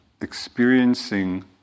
experiencing